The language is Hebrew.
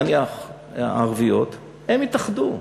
נניח הערביות, הן יתאחדו.